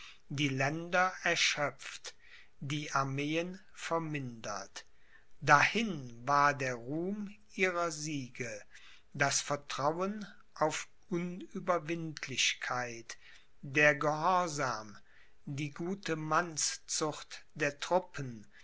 die länder erschöpft die armeen vermindert dahin war der ruhm ihrer siege das vertrauen auf unüberwindlichkeit der gehorsam die gute mannszucht der truppen